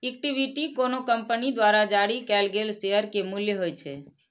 equity कोनो company द्वारा जारी कैल गेल शेयर के मूल्य होइ छै